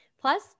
Plus